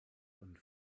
und